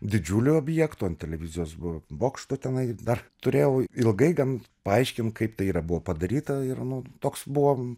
didžiulių objektų ant televizijos bokšto tenai dar turėjau ilgai gan paaiškint kaip tai yra buvo padaryta ir nu toks buvo